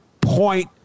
point